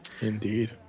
Indeed